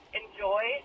enjoy